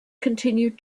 continued